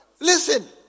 Listen